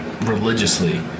religiously